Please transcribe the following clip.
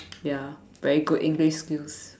ya very good English skills